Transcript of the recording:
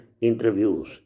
interviews